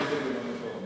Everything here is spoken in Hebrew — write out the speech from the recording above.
אדוני היושב-ראש,